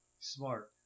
smart